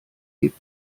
hebt